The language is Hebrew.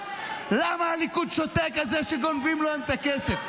למה הליכוד שותק על זה שגונבים להם את הכסף?